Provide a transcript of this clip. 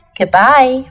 Goodbye